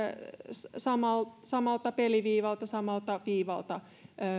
samalta peliviivalta samalta viivalta